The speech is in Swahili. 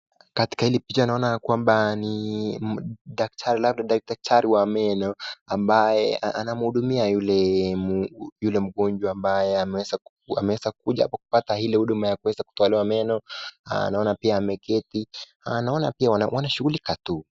Katika hili picha naona kwamba ni daktari labda daktari wa meno ambaye anahudumia yule yule mgonjwa ambaye ameweza kuja hapa kupata ile huduma ya kuweza kutolewa meno. Naona pia ameketi, naona pia wanashughulika tu.